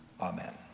Amen